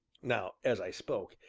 now as i spoke,